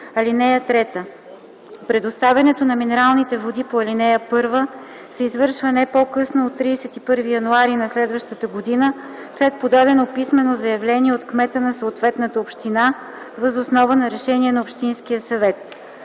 водите. (3) Предоставянето на минералните води по ал. 1 се извършва не по-късно от 31 януари на следващата година след подадено писмено заявление от кмета на съответната община въз основа на решение на общинския съвет.